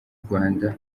rwanda